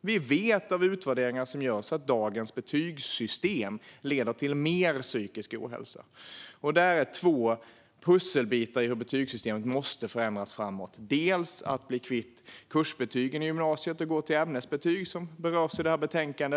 Vi vet av utvärderingar som görs att dagens betygssystem leder till mer psykisk ohälsa. Det är två pusselbitar i betygssystemet som måste förändras framöver. Det handlar bland annat om att bli kvitt kursbetygen i gymnasiet och i stället ha ämnesbetyg, som berörs i detta betänkande.